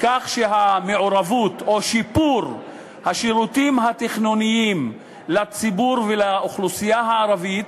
לכך שהמעורבות או שיפור השירותים התכנוניים לציבור ולאוכלוסייה הערבית,